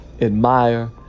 admire